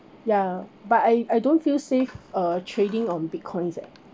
ya but I I don't feel safe uh trading on bitcoins leh